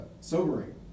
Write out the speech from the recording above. sobering